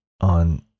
on